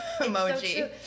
emoji